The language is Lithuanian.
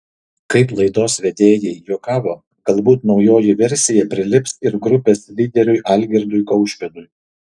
kaip laidos vedėjai juokavo galbūt naujoji versija prilips ir grupės lyderiui algirdui kaušpėdui